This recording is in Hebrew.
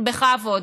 בכבוד.